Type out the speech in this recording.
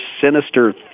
sinister